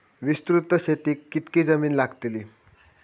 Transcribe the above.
विस्तृत शेतीक कितकी जमीन लागतली?